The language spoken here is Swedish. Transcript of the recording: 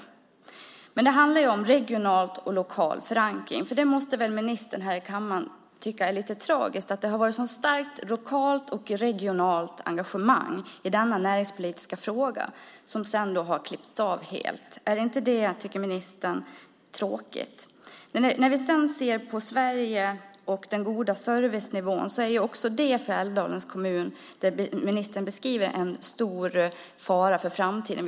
Projektet har startat. Det handlar om regional och lokal förankring. Ministern måste väl tycka att det är tragiskt att denna näringspolitiska fråga, där det har varit sådant starkt lokalt och regionalt engagemang, har klippts av helt. Tycker inte ministern att det är tråkigt? Det är viktigt med en god servicenivå för Älvdalens kommun. Ministern beskriver en stor fara inför framtiden.